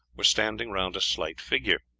were standing round a slight figure.